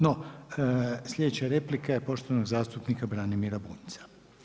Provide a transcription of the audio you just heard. No, sljedeća replika je poštovanog zastupnika Branimira Bunjca.